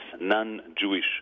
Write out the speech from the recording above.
non-Jewish